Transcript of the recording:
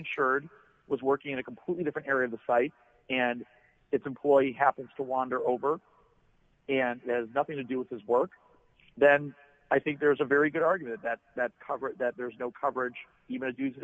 insured was working in a completely different area of the site and its employee happens to wander over and has nothing to do with his work then i think there's a very good argument that that cover that there's no coverage even